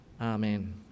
Amen